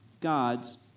God's